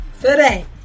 Today